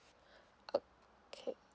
o k